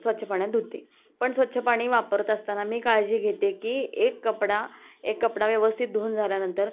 स्वच्छ पाण्यात धुते पण स्वच्छ पाणी वापरत असताना मी काळजी घेते आहे की एक कपडा एक कपडा व्यवस्थित धुऊन झाल्यानंतर